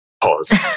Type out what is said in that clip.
Pause